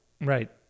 Right